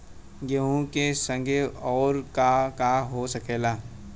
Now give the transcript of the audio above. गेहूँ के संगे आऊर का का हो सकेला?